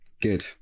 good